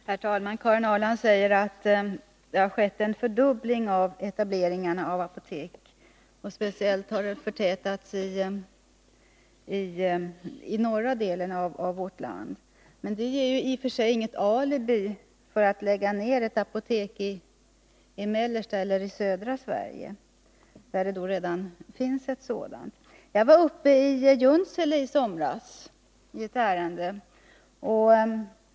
Herr talman! Karin Ahrland säger att det har skett en fördubbling av etableringarna av apotek, och speciellt har det varit en förtätning i norra delen av vårt land. Men det är ju i och för sig inget alibi för att lägga ner ett apotek i mellersta eller i södra Sverige på en plats där det redan finns ett sådant. Jag var uppe i Junsele i somras i ett ärende.